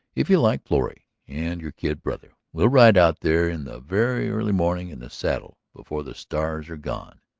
if you like, florrie and your kid brother. we'll ride out there in the very early morning, in the saddle before the stars are gone.